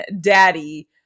daddy